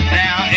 now